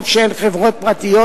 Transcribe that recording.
גם כשהן חברות פרטיות,